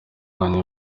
wanyu